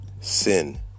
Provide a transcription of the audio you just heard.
sin